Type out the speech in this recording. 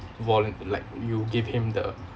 volun~ like you give him the